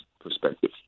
perspective